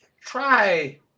try